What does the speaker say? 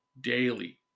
daily